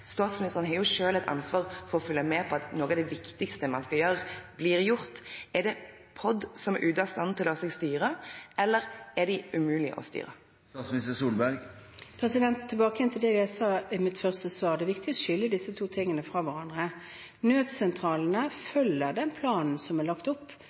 Statsministeren har jo selv et ansvar for å følge med på at noe av det viktigste man skal gjøre, blir gjort. Er det POD som er ute av stand til å la seg styre, eller er de umulige å styre? Tilbake igjen til det jeg sa i mitt første svar: Det er viktig å skille disse to tingene fra hverandre. Nødsentralene følger den planen som er lagt opp